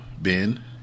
Ben